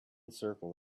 circle